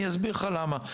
אני אסביר לך למה,